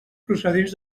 procedents